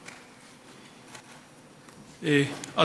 אחריו, חבר הכנסת חמד עמאר.